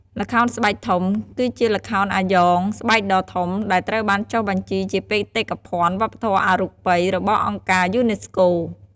ល្ខោនស្បែកធំ គឺជាល្ខោនអាយ៉ងស្បែកដ៏ធំ ដែលត្រូវបានចុះបញ្ជីជាបេតិកភណ្ឌវប្បធម៌អរូបីរបស់អង្គការយូណេស្កូ។